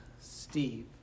Steve